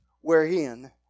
wherein